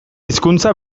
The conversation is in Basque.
hizkuntza